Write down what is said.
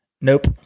nope